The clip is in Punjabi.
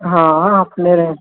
ਹਾਂ ਆਪਣੇ ਰ